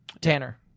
Tanner